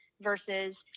versus